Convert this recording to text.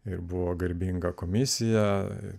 ir buvo garbinga komisija